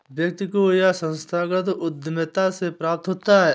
व्यक्ति को यह संस्थागत उद्धमिता से प्राप्त होता है